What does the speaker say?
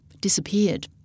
disappeared